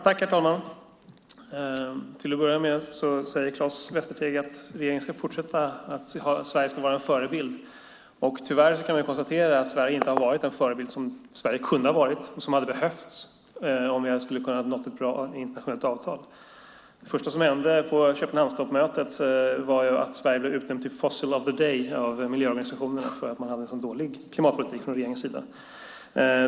Herr talman! Till att börja med säger Claes Västerteg att regeringen ska fortsätta se till att Sverige ska vara en förebild. Tyvärr kan vi konstatera att Sverige inte har varit den förebild som Sverige kunde ha varit och som hade behövts om vi skulle ha kunnat nå ett bra internationellt avtal. Det första som hände på Köpenhamnstoppmötet var att Sverige blev utnämnt till fossil of the day av miljöorganisationerna för att man hade en så dålig klimatpolitik från regeringens sida.